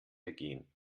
ergehen